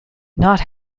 not